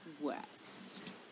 West